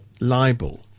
libel